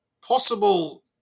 possible